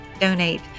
Donate